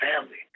family